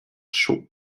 chauds